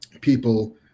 people